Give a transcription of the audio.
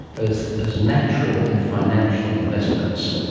both as natural and financial investments.